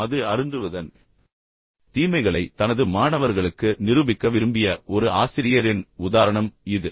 மது அருந்துவதன் தீமைகளை தனது மாணவர்களுக்கு நிரூபிக்க விரும்பிய ஒரு ஆசிரியரின் உதாரணம் இது